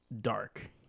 dark